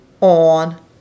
on